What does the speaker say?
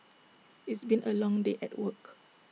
it's been A long day at work